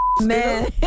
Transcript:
man